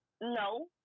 No